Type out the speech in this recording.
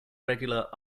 regular